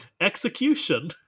Execution